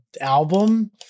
album